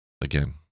again